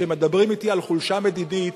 כשמדברים אתי על חולשה מדינית,